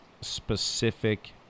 specific